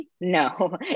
No